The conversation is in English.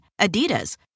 Adidas